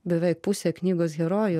beveik pusė knygos herojų